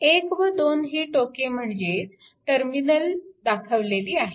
1 व 2 ही टोके म्हणजेच टर्मिनल दाखवलेली आहेत